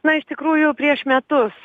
na iš tikrųjų prieš metus